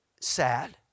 sad